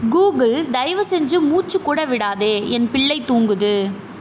Google தயவுசெஞ்சு மூச்சு கூட விடாதே என் பிள்ளை தூங்குது